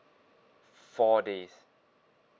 four days